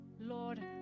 Lord